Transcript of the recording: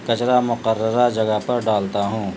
کچرا مقرہ جگہ پر ڈالتا ہوں